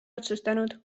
otsustanud